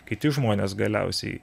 kiti žmonės galiausiai